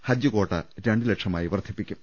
ഹജ്ജ് കാട്ട രണ്ട് ലക്ഷമായി വർധിപ്പിക്കും